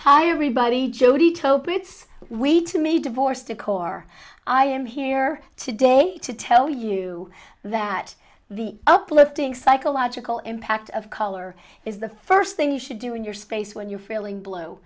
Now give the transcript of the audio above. hi everybody jody toeplitz we too may divorce decor i am here today to tell you that the uplifting psychological impact of color is the first thing you should do in your space when you're feeling blue